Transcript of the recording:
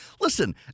listen